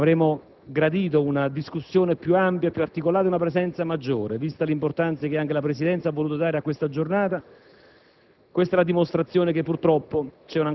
Oggi non siamo molto soddisfatti. Avremmo gradito una discussione più ampia ed articolata, una presenza maggiore di senatori vista anche l'importanza che la Presidenza ha voluto conferire a questa giornata.